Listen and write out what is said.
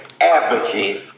advocate